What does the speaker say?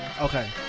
Okay